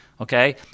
okay